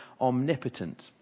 omnipotent